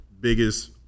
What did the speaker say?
biggest